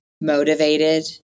motivated